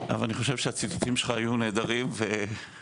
ואני חושב שהציוותים שלך היו נהדרים וחשובים,